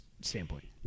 standpoint